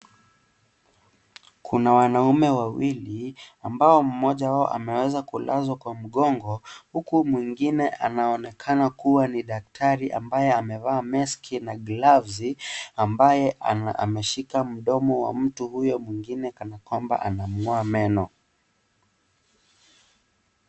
Kuna wanaume wawili ambao mmoja wao ameweza kulazwa kwa mgongo huku mwingine anaonekana kuwa ni daktari ambaye amevaa meski na glavsi ambayo ameshika mdomo wa mtu huyo mwingine kana kwamba anamng'oa meno.